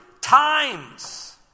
times